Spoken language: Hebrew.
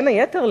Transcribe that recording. בין היתר,